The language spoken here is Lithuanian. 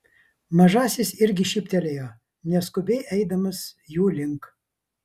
mažasis irgi šyptelėjo neskubiai eidamas jų link